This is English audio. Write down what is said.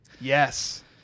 Yes